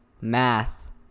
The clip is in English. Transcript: Math